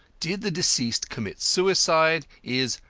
did the deceased commit suicide? is,